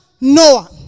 Noah